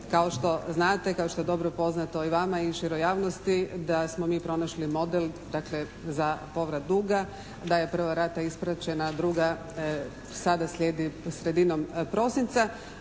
Kao što znate, kao što je to dobro poznato i vama i široj javnosti da smo mi pronašli model dakle za povrat duga, da je prva rata isplaćena, a druga sada slijedi sredinom prosinca,